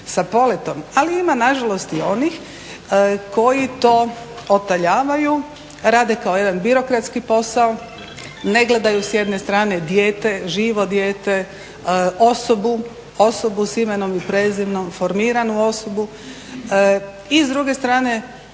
sa poletom. Ali ima nažalost i onih koji to otaljavaju, rade kao jedan birokratski posao, ne gledaju s jedne strane dijete, živo dijete, osobu, osobu s imenom i prezimenom, formiranu osobu. I s druge strane